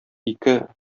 ике